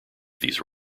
these